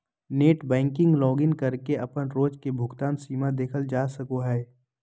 net banking login करके अपन रोज के भुगतान सीमा देखल जा सको हय